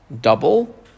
double